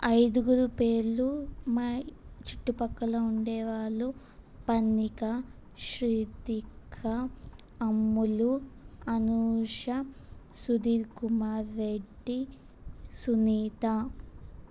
ఐదుగురు పేర్లు మా చుట్టుపక్కల ఉండేవాళ్ళు పర్ణిక శ్రితిక అమ్ములు అనూష సుధీర్ కుమార్ రెడ్డి సునీత